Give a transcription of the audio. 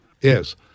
Yes